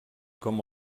com